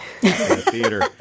theater